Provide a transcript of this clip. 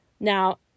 Now